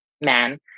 man